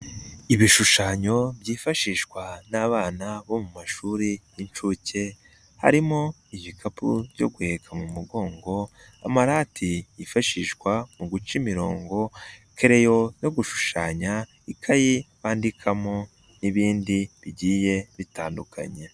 Ibishushanyo byifashishwa n'abana bo mu mashuri y'incuke, harimo ibikapu byo guheka mu mugongo, amarati yifashishwa mu guca imirongo, kereyo yo gushushanya, ikayi bandikamo n'ibindi bigiye bitandukanye.